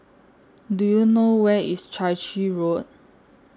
Do YOU know Where IS Chai Chee Road